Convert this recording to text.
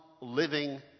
living